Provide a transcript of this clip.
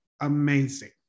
amazing